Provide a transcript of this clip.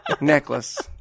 Necklace